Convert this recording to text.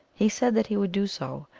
he said that he would do so.